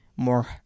more